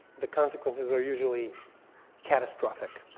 the consequences are usually catastrophic,